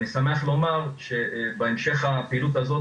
אני שמח לומר שבהמשך הפעילות הזו,